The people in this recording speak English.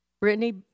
Brittany